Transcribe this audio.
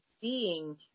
seeing